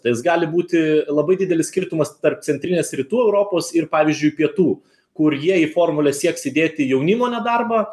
tais gali būti labai didelis skirtumas tarp centrinės rytų europos ir pavyzdžiui pietų kur jie į formulę sieks įdėti jaunimo nedarbą